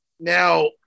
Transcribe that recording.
Now